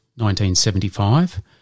1975